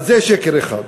אז זה שקר אחד.